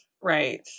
right